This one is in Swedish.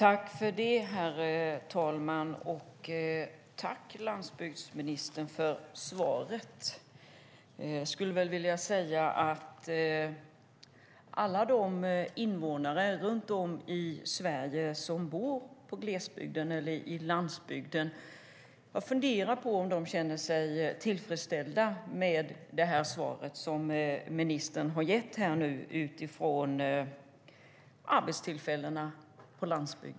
Herr talman! Tack, landsbygdsministern, för svaret! Jag skulle vilja säga att jag funderar på om alla de invånare i Sverige som bor på gles eller landsbygden känner sig tillfredsställda med det svar som ministern nu gett med tanke på arbetstillfällena på landsbygden.